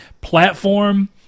platform